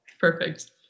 Perfect